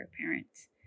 parents